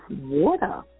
water